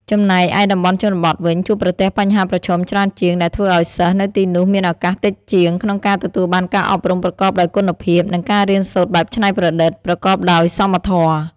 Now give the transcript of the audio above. ចំណែកឯតំបន់ជនបទវិញ ជួបប្រទះបញ្ហាប្រឈមច្រើនជាង ដែលធ្វើឱ្យសិស្សនៅទីនោះមានឱកាសតិចជាងក្នុងការទទួលបានការអប់រំប្រកបដោយគុណភាព និងការរៀនសូត្របែបច្នៃប្រឌិត ប្រកបដោយសមធម៌។